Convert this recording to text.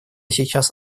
сейчас